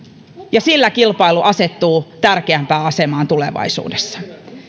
ja sillä kilpailu asettuu tärkeämpään asemaan tulevaisuudessa